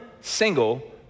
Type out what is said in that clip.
single